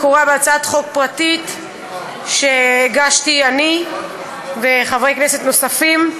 מקורה בהצעת חוק פרטית שהגשתי אני עם חברי כנסת נוספים.